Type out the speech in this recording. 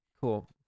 Cool